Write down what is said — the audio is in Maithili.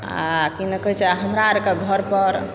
आ की ने कहै छै हमरा आरके घर पर